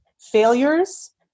failures